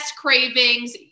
cravings